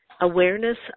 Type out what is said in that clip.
awareness